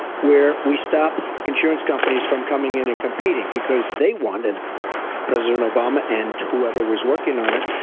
where we stop insurance companies from coming in and competing because they wanted president obama and whoever was working on it,